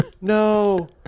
No